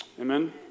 Amen